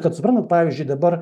kad suprantat pavyzdžiui dabar